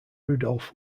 rudolph